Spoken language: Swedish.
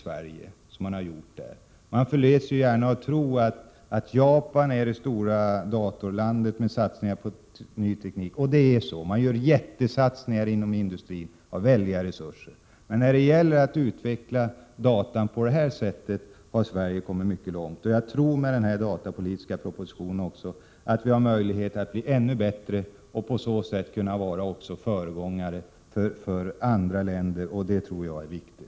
Vi tror gärna att Japan är det stora datorlandet med satsningar på ny teknik, och det är så. Man gör jättesatsningar inom industrin och har väldiga — Prot. 1987/88:122 resurser. Men när det gäller att utveckla datatekniken på det sätt som vinu 18 maj 1988 gör här har Sverige kommit mycket långt. Jag tror att vi med den datapolitiska propositionen har möjlighet att bli ännu bättre och också kunna vara föregångare för andra länder, och det tror jag är viktigt.